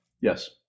Yes